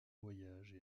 voyages